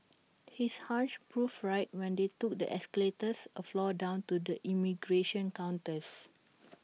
his hunch proved right when they took the escalators A floor down to the immigration counters